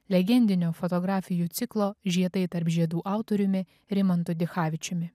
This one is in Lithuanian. legendinių fotografijų ciklo žiedai tarp žiedų autoriumi rimantu dichavičiumi